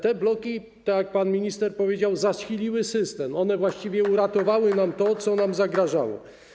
Te bloki, tak jak pan minister powiedział, zasiliły system, właściwie uratowały nas przed tym, co nam zagrażało.